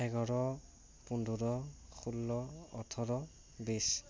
এঘাৰ পোন্ধৰ ষোল্ল ওঠৰ বিছ